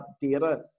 data